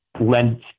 lent